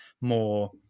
more